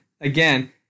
again